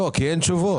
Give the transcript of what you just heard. כי אין תשובות.